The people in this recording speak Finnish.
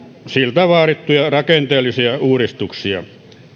siltä vaadittuja rakenteellisia uudistuksia